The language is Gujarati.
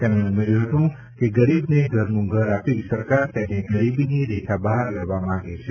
તેમણે ઉમેર્યું હતું કે ગરીબને ઘરનું ઘર આપી સરકાર તેને ગરીબીની રેખા બહાર લાવવા માંગે છે